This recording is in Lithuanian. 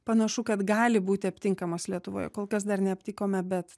panašu kad gali būti aptinkamos lietuvoje kol kas dar neaptikome bet